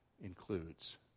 includes